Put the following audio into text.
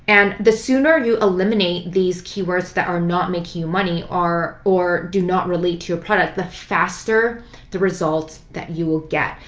and the sooner you eliminate these keywords that are not making you money or do not relate to your product, the faster the results that you will get.